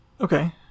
Okay